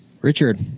Richard